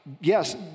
yes